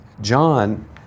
John